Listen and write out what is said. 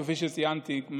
כפי שציינתי,